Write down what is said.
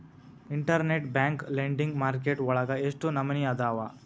Internet bank lending market ವಳಗ ಎಷ್ಟ್ ನಮನಿಅದಾವು?